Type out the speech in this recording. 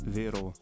vero